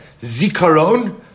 Zikaron